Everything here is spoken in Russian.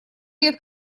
лет